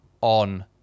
on